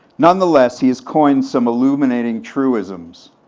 nonetheless, he has coined some illuminating truisms.